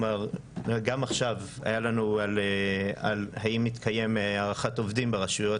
גם עכשיו היה לנו על האם התקיים הערכת עובדים ברשויות.